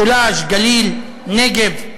משולש, גליל, נגב.